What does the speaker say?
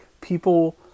people